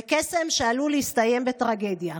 זה קסם שעלול להסתיים בטרגדיה.